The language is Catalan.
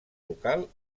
local